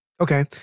Okay